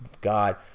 god